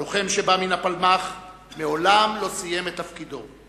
הלוחם שבא מן הפלמ"ח מעולם לא סיים את תפקידו.